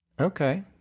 Okay